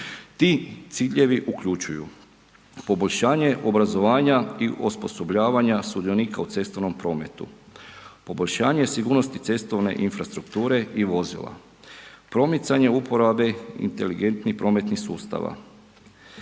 Ti ciljevi uključuju poboljšanje obrazovanja i osposobljavanja sudionika u cestovnom prometu, poboljšanje i sigurnost cestovne infrastrukture i vozila, promicanje uporabe inteligentnih prometnih sustava,